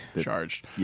Charged